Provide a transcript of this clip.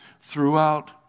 throughout